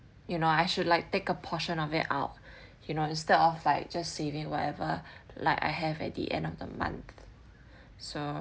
you know I should like take a portion of it out you know instead of like just saving whatever like I have at the end of the month so